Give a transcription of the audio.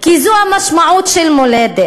כי זו המשמעות של מולדת,